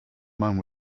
man